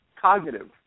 cognitive